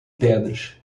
pedras